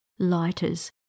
Lighters